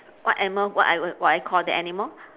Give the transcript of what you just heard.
what animal what I will what I call the animal